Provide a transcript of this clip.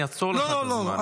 אני אעצור לך את הזמן.